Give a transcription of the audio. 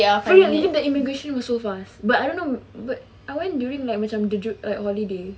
for real really the immigration was so fast but I don't know but I went during like macam the june holiday